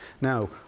Now